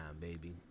baby